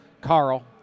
Carl